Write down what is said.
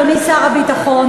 אדוני שר הביטחון,